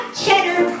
cheddar